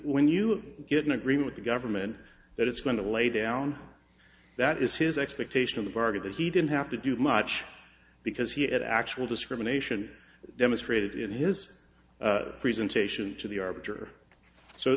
when you get an agreement the government that it's going to lay down that is his expectation of the bargain that he didn't have to do much because he had actual discrimination demonstrated in his presentation to the